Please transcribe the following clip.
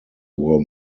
were